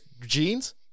Jeans